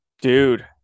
dude